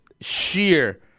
sheer